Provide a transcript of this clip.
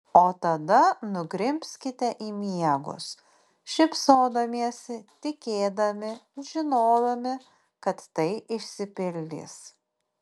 o tada nugrimzkite į miegus šypsodamiesi tikėdami žinodami kad tai išsipildys